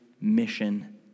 mission